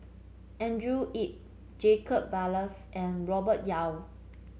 Andrew Yip Jacob Ballas and Robert Yeo